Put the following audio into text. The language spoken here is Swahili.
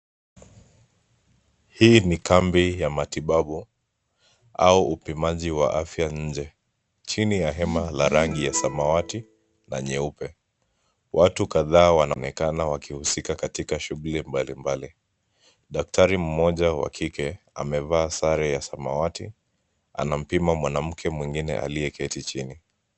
Hii ni kambi ya matibabu au upimaji wa afya nje. Chini ya hema la rangi ya samawati na nyeupe. Watu kadhaa wanaonekana wakihusika katika shughuli mbalimbali. Daktari mmoja wa kike amevaa sare ya samawati anampima mwanamke mwingine aliyeketi chini.